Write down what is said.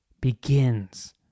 begins